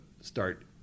start